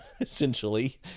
essentially